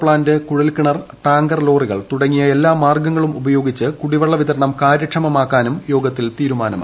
plant കൂഴൽകിണർ tanker ലോറികൾ തുടങ്ങിയ എല്ലാ മാർഗങ്ങളും ഉപയോർട്ടിച്ച് കുടിവെള്ള വിതരണം കാര്യക്ഷമമാക്കാനും യോഗത്തിൽ ്തീരുമാനമായി